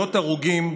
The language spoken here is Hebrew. מאות הרוגים,